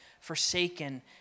forsaken